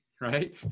right